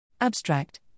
Abstract